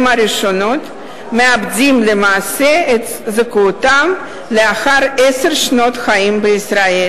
הראשונות מאבדים למעשה את זכאותם לאחר עשר שנות חיים בישראל,